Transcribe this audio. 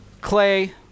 clay